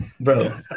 bro